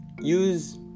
Use